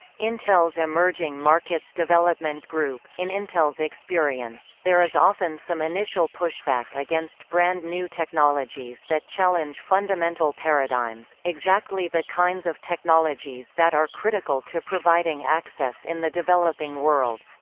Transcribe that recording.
intel's emerging markets development group in intel's experience, there is often some initial pushback against brand-new technologies that challenge fundamental paradigms exactly the kinds of technologies that are critical to providing access in the developing world.